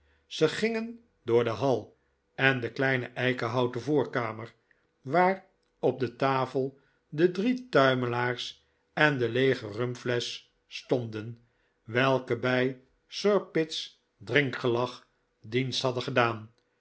zij gingen door de hal en de kleine eikenhouten voorkamer waar op de tafel de drie tuimelaars en de leege rurnflesch stonden welke bij sir pitt's drinkgelag dienst hadden gedaan